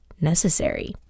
necessary